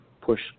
push